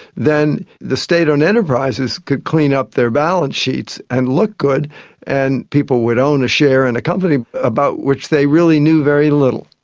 then the state owned enterprises could clean up their balance sheets and look good and people would own a share in a company about which they really knew very little.